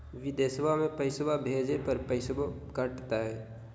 बिदेशवा मे पैसवा भेजे पर पैसों कट तय?